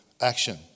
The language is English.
action